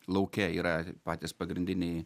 lauke yra patys pagrindiniai